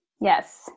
Yes